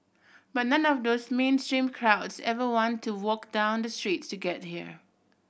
but none of those mainstream crowds ever want to walk down the street to get here